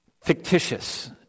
fictitious